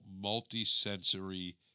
multi-sensory